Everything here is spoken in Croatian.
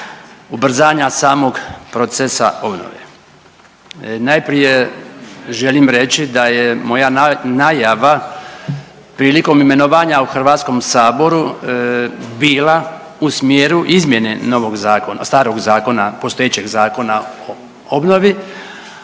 ubrzanja samog procesa obnove. Najprije želim reći da je moja najava prilikom imenovanja u HS bila u smjeru izmjene novog zakona, starog zakona, postojećeg zakona o obnovi,